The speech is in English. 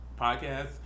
podcast